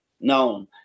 known